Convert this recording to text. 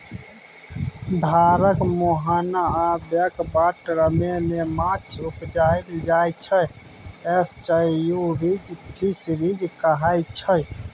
धारक मुहाना आ बैक बाटरमे जे माछ उपजाएल जाइ छै एस्च्युरीज फिशरीज कहाइ छै